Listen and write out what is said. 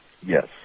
Yes